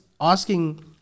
asking